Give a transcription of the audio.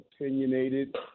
opinionated